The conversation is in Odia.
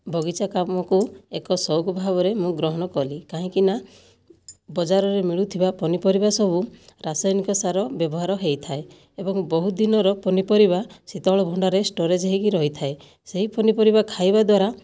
ବଗିଚା କାମକୁ ଏକ ସଉକ ଭାବରେ ମୁଁ ଗ୍ରହଣ କଲି କାହିଁକିନା ବଜାରରେ ମିଳୁଥିବା ପନିପରିବା ସବୁ ରାସାୟନିକ ସାର ବ୍ୟବହାର ହୋଇଥାଏ ଏବଂ ବହୁତ ଦିନର ପନିପରିବା ଶୀତଳଭଣ୍ଡାରରେ ଷ୍ଟୋରେଜ ହୋଇକି ରହିଥାଏ ସେହି ପନିପରିବା ଖାଇବା ଦ୍ଵାରା